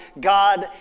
God